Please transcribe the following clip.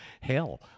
hell